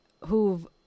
who've